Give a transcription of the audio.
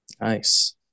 Nice